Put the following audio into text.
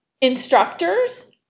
instructors